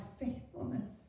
faithfulness